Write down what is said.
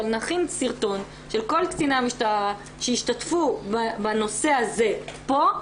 אבל נכין סרטון של כל קציני המשטרה שהשתתפו בנושא הזה פה,